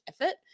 effort